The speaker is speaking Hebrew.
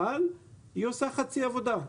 אבל היא עושה חצי עבודה.